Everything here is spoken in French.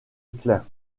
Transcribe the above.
klein